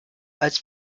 als